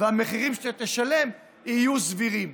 והמחירים שתשלם יהיו סבירים.